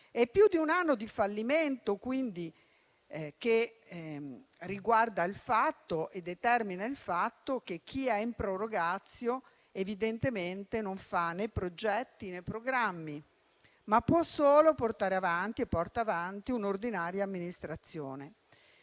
È più di un anno di un fallimento che determina il fatto che chi è in *prorogatio* evidentemente non fa né progetti né programmi, ma può solo portare avanti e porta avanti un'ordinaria amministrazione.